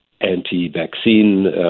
anti-vaccine